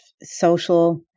social